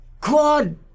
God